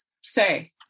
say